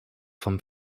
vom